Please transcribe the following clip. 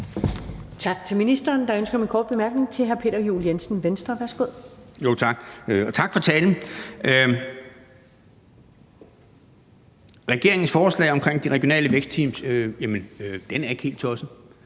Tak til ministeren. Der er ønske om en kort bemærkning til hr. Peter Juel-Jensen, Venstre. Værsgo. Kl. 10:50 Peter Juel-Jensen (V): Tak, og tak for talen. Regeringens forslag om de regionale vækstteams er ikke helt tosset.